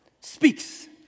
speaks